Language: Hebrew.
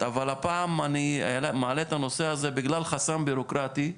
אבל הפעם אני מעלה את הנושא הזה בגלל חסם ביורוקרטי,